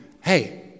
hey